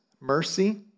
mercy